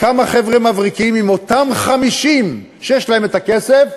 כמה חבר'ה מבריקים, עם אותם 50 שיש להם הכסף,